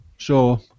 Sure